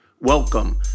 Welcome